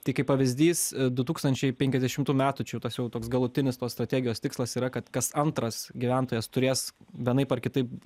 tai kai pavyzdys du tūkstančiai penkiasdešimtų metų čia jau tas jau toks galutinis tos strategijos tikslas yra kad kas antras gyventojas turės vienaip ar kitaip